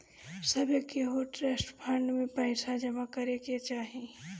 सभे केहू के ट्रस्ट फंड में पईसा जमा करे के चाही